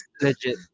Legit